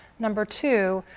number two,